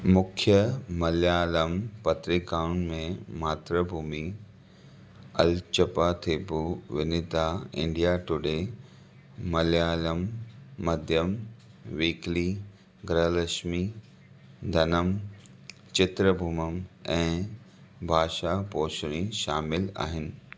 मुख्य मलयालम पत्रीकाउनि में Mathrubhumi Azhchappathippu Vanitha India Today Malayalam Madhyamam weekly Grihalakshmi Dhanam Chitrabhumi ऐं भाषापोषिणी शामिलु आहिनि